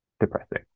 Depressing